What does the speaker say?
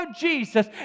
Jesus